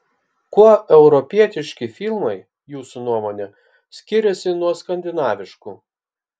kuo europietiški filmai jūsų nuomone skiriasi nuo skandinaviškų